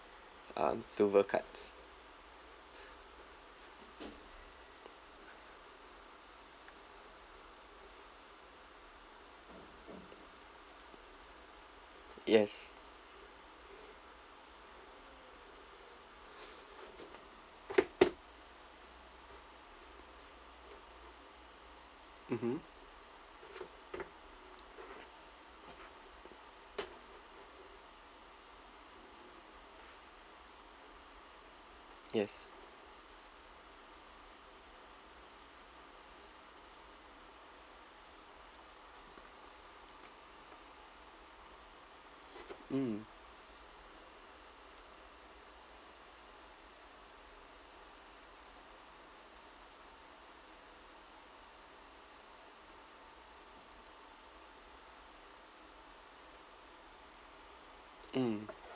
um silver cards yes mmhmm yes mm mm